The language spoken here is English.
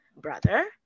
brother